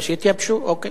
אז שיתייבשו, אוקיי.